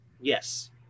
Yes